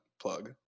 plug